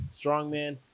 Strongman